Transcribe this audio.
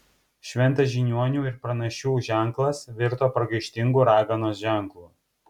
šventas žiniuonių ir pranašių ženklas virto pragaištingu raganos ženklu